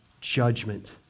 judgment